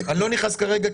אני לא נכנס כרגע,